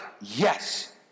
Yes